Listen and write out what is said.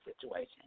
situation